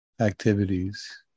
activities